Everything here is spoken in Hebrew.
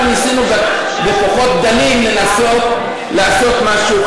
אנחנו ניסינו בכוחות דלים לנסות לעשות משהו.